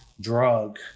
drug